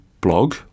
blog